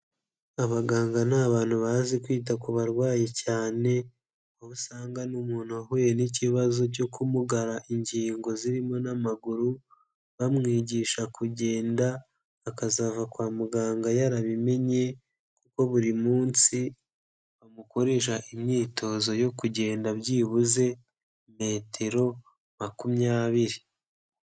Abaganga ni abantu bazi kwita ku barwayi cyane, aho usanga n'umuntu wahuye n'ikibazo cyo kumugara ingingo zirimo n'amaguru, bamwigisha kugenda, akazava kwa muganga yarabimenye, kuko buri munsi bamukoresha imyitozo yo kugenda byibuze metero makumyabiri.